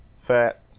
Fat